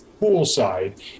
poolside